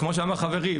וכמו שאמר חברי,